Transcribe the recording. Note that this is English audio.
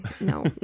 No